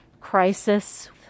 crisis